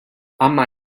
ama